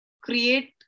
create